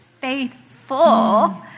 faithful